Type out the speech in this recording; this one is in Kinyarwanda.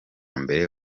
mbere